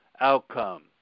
outcome